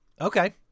okay